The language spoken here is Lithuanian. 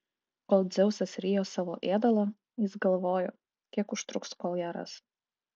kol dzeusas rijo savo ėdalą jis galvojo kiek užtruks kol ją ras